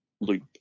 loop